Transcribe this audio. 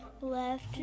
left